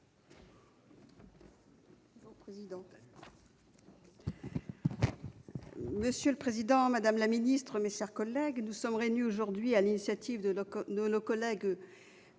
Monsieur le président, madame la secrétaire d'État, mes chers collègues, nous sommes réunis aujourd'hui sur l'initiative de nos collègues